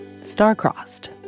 star-crossed